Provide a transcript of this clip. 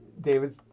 David